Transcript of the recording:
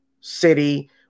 city